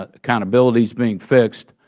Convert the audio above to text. ah accountability is being fixed,